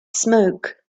smoke